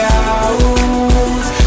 out